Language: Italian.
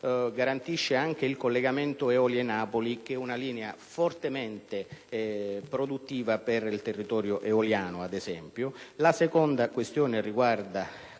garantisce anche il collegamento Eolie-Napoli, che è una linea fortemente produttiva per il territorio eoliano. In secondo luogo, si tratta